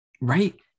Right